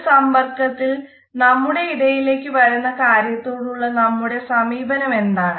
ഒരു സമ്പർക്കത്തിൽ നമ്മുടെ ഇടയിലേക്ക് വരുന്ന കാര്യത്തോടുള്ള നമ്മുടെ സമീപനം എന്താണ്